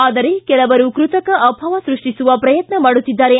ಆದರೆ ಕೆಲವರು ಕೃತಕ ಅಭಾವ ಸೃಷ್ಟಿಸುವ ಪ್ರಯತ್ನ ಮಾಡುತ್ತಿದ್ದಾರೆ